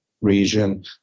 region